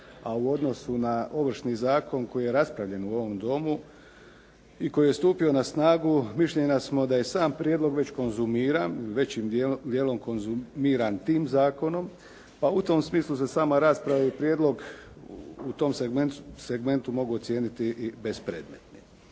a u odnosu na Ovršni zakon koji je raspravljen u ovom Domu i koji je stupio na snagu, mišljenja smo da je i sam prijedlog već konzumiran, većim dijelom konzumiran tim zakonom, pa u tom smislu se sama rasprava i prijedlog u tom segmentu se mogu ocijeniti i bespredmetni.